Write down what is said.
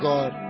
God